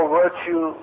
virtue